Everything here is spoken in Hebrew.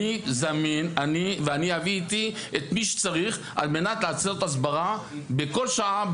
אני זמין ואני אביא איתי את מי שצריך על מנת לעשות הסברה בכל שעה,